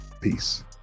Peace